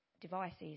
devices